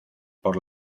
por